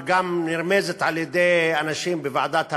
וגם נרמזת על-ידי אנשים בוועדת הפנים,